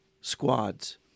squads